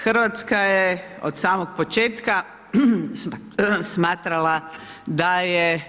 Hrvatska je od samog početka smatrala da je